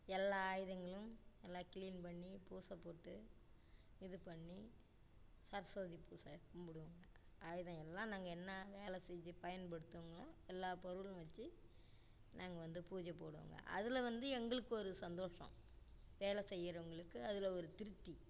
எல்லா ஆயுதங்களும் எல்லா க்ளீன் பண்ணிப் பூஜை போட்டு இது பண்ணி சரஸ்வதி பூஜை கும்பிடுவோங்க ஆயுதம் எல்லாம் நாங்கள் என்ன வேலை செஞ்சு பயன்படுத்துவங்களோ எல்லா பொருளும் வச்சி நாங்கள் வந்து பூஜை போடுவோங்க அதில் வந்து எங்களுக்கு ஒரு சந்தோஷம் வேலை செய்கிறவங்களுக்கு அதில் ஒரு திருப்தி